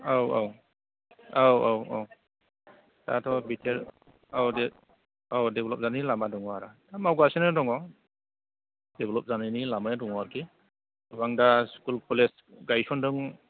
औ औ औ औ औ दाथ' औ डेभेलप जानायनि लामा दंआरो दा मावगासिनो दङ डेभेलप जानायनि लामाया दं आरखि गोबां दा स्कुल कलेज गायसनदों